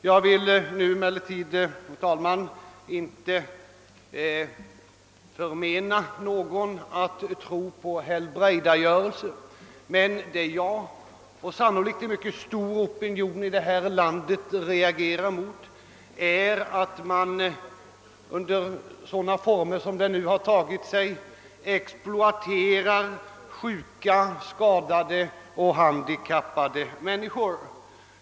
Jag vill emellertid, herr talman, inte förmena någon att tro på helbrägdagörelse, men det jag och sannolikt en mycket stor opinion i detta land reagerar mot är att man under sådana former som nu tagit sig uttryck exploaterar sjuka, skadade och handikappade människor.